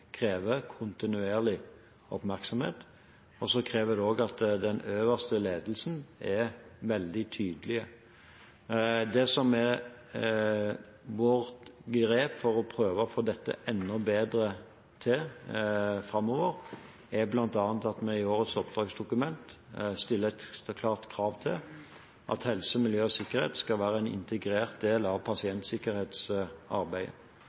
krever kontinuerlig oppmerksomhet, og det krever også at den øverste ledelsen er veldig tydelig. Det som er vårt grep for å prøve å få dette enda bedre til framover, er bl.a. at vi i vårt oppdragsdokument stiller et klart krav til at helse, miljø og sikkerhet skal være en integrert del av